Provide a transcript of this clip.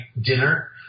dinner